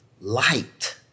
light